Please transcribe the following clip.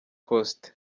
coast